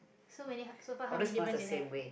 so many so far how many difference you have